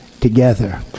together